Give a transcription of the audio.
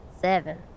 seven